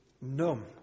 numb